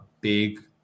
big